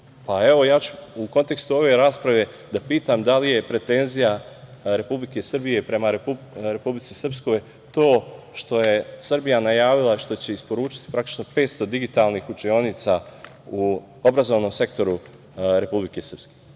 ja ću u kontekstu ove rasprave da pitam da li je pretenzija Republike Srbije prema Republici Srpskoj to što je Srbija najavila što će isporučiti 500 digitalnih učionica u obrazovnom sektoru Republike Srpske.